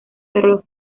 pero